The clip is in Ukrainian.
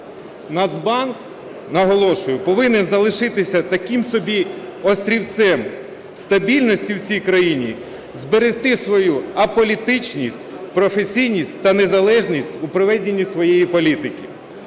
Нацбанк, наголошую, повинен залишитися таким собі острівцем стабільності в цій країні, зберегти свою аполітичність, професійність та незалежність у проведенні своєї політики.